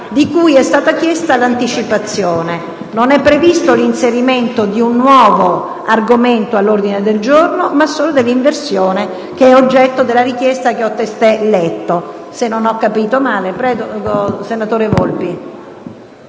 di cui è stata chiesta l'anticipazione. Non è previsto l'inserimento di un nuovo argomento all'ordine del giorno, ma solo l'inversione, che è oggetto della richiesta che ho testé letto, se non ho capito male.